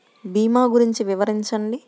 భీమా గురించి వివరించండి?